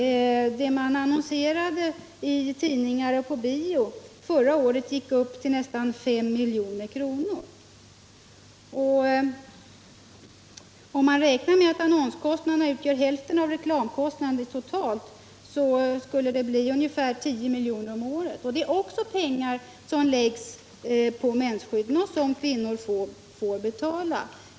Kostnaden för annonsering i tidningar och på bio uppgick förra året till nästan 5 milj.kr. Om man räknar med att annonskostnaderna utgör hälften av de totala reklamkostnaderna, skulle det bli ungefär 10 milj.kr. om året för reklam. Detta är också pengar som läggs på mensskydden och som kvinnor får betala.